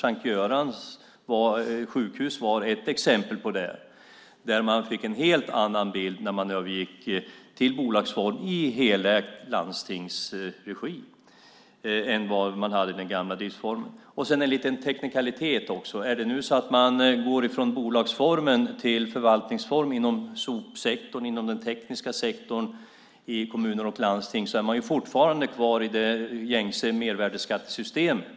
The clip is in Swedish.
Sankt Görans sjukhus var ett exempel på det. Där fick man en helt annan bild när man övergick till bolagsform i helägd landstingsregi än vad man hade i den gamla driftsformen. Det finns också en liten teknikalitet. Om man går från bolagsform till förvaltningsform inom sopsektorn och den tekniska sektorn i kommuner och landsting är man fortfarande kvar i det gängse mervärdesskattesystemet.